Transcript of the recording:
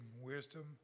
wisdom